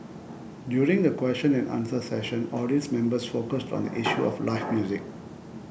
during the question and answer session audience members focused on the issue of live music